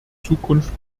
zukunft